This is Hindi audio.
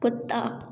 कुत्ता